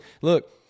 look